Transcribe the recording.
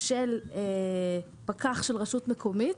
של פקח של רשות מקומית,